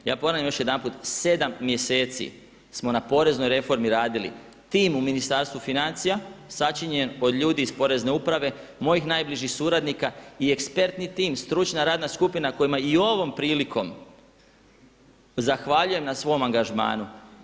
Ja ponavljam još jedanput, 7 mjeseci smo na poreznoj reformi radili, tim u Ministarstvu financija sačinjen od ljudi iz porezne uprave, mojih najbližih suradnika i ekspertni tim, stručna radna skupina kojima i ovom prilikom zahvaljujem na svom angažmanu.